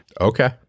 Okay